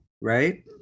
right